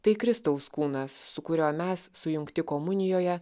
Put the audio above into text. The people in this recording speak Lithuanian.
tai kristaus kūnas su kuriuo mes sujungti komunijoje